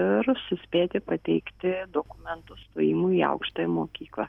ir suspėti pateikti dokumentus stojimui į aukštąją mokyklą